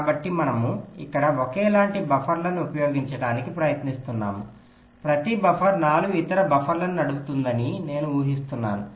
కాబట్టి మనము ఇక్కడ ఒకేలాంటి బఫర్లను ఉపయోగించటానికి ప్రయత్నిస్తున్నాము ప్రతి బఫర్ 4 ఇతర బఫర్లను నడుపుతుందని నేను ఊహిస్తున్నాను